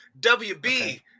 WB